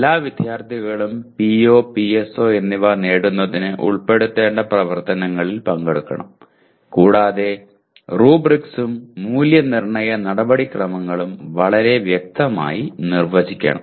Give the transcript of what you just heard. എല്ലാ വിദ്യാർത്ഥികളും PO PSO എന്നിവ നേടുന്നതിന് ഉൾപ്പെടുത്തേണ്ട പ്രവർത്തനങ്ങളിൽ പങ്കെടുക്കണം കൂടാതെ റൂബ്രിക്സും മൂല്യനിർണ്ണയ നടപടിക്രമങ്ങളും വളരെ വ്യക്തമായി നിർവ്വചിക്കണം